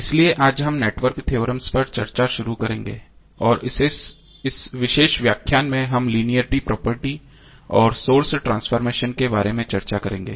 इसलिए आज हम नेटवर्क थ्योरम पर चर्चा शुरू करेंगे और इस विशेष व्याख्यान में हम लीनियरटी प्रॉपर्टी और सोर्स ट्रांसफॉर्मेशन के बारे में चर्चा करेंगे